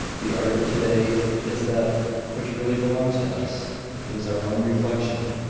the art of to-day is that which really belongs to us it is our own reflection.